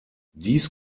dies